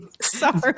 Sorry